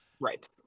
right